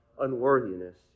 unworthiness